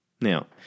Now